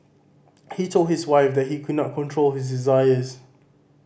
he told his wife that he could not control his desires